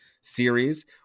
series